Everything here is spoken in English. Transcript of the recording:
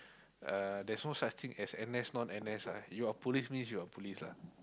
uh there's no such things you are N_S not N_S ah you are police means you police lah